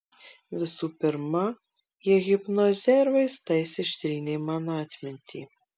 visų pirma jie hipnoze ir vaistais ištrynė man atmintį